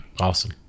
awesome